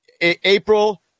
April